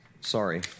Sorry